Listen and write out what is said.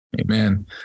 Amen